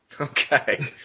Okay